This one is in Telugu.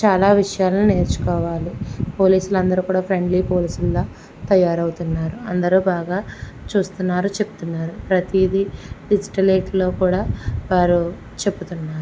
చాలా విషయాలను నేర్చుకోవాలి పోలీసులు అందరూ కూడా ఫ్రెండ్లీ పోలీసుల్లా తయారవుతున్నారు అందరు బాగా చూస్తున్నారు చెప్తున్నారు ప్రతిదీ డిజిటల్లో కూడా వారు చెబుతున్నారు